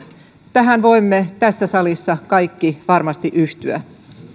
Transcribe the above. tähän voimme tässä salissa kaikki varmasti yhtyä